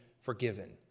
forgiven